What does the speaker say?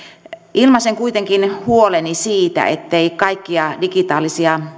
ilmaisen kuitenkin huoleni siitä ettei kaikkia digitaalisia